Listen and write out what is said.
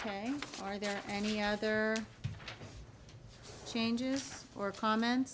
ok are there any other changes or comments